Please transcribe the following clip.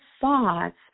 thoughts